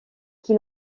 qu’il